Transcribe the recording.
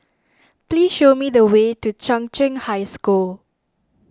please show me the way to Chung Cheng High School